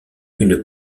une